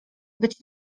być